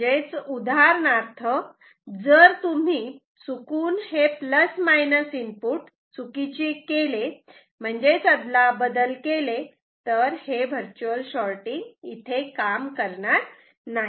म्हणजेच उदाहरणार्थ जर तुम्ही चुकून हे plus minus input input terminals चुकीचे केले म्हणजेच अदलाबदल केले तर हे काम करणार नाही